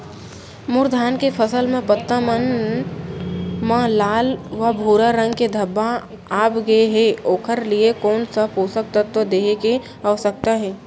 मोर धान के फसल म पत्ता मन म लाल व भूरा रंग के धब्बा आप गए हे ओखर लिए कोन स पोसक तत्व देहे के आवश्यकता हे?